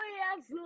yes